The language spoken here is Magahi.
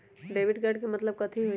डेबिट कार्ड के मतलब कथी होई?